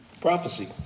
prophecy